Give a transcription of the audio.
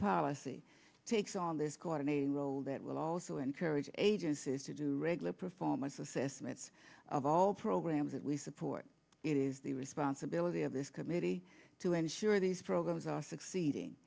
policy takes on this coordinating role that will also encourage agencies to do regular performance assessments of all programs that we support it is the responsibility of this committee to ensure these programs are succeeding